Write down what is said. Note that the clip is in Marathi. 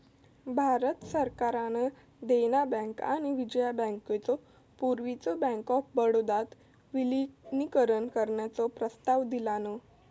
भारत सरकारान देना बँक आणि विजया बँकेचो पूर्वीच्यो बँक ऑफ बडोदात विलीनीकरण करण्याचो प्रस्ताव दिलान